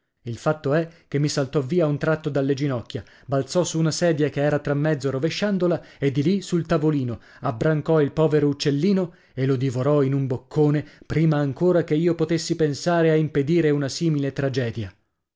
il fatto è che mi saltò via a un tratto dalle ginocchia balzò su una sedia che era tra mezzo rovesciandola e di lì sul tavolino abbrancò il povero uccellino e lo divorò in un boccone prima ancora che io potessi pensare a impedire una simile tragedia